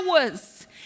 hours